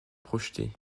projetés